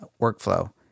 workflow